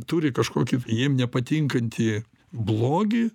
turi kažkokį jiem nepatinkantį blogį